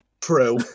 True